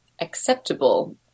acceptable